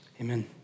Amen